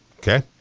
Okay